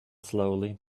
slowly